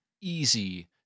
easy